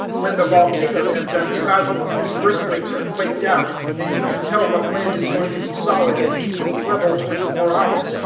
when the volcanoes have done spouting, and the earthquakes are quaked out, and you can tell what land is going to be solid and keep its level twenty-four hours,